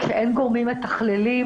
כשאין גורמים מתכללים,